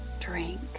drink